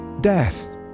death